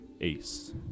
ace